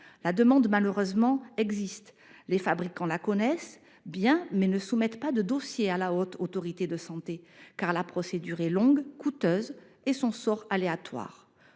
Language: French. La demande malheureusement existe, les fabricants la connaissent bien, mais ne soumettent pas de dossier à la Haute Autorité de santé (HAS), car la procédure est longue et coûteuse, et son sort aléatoire.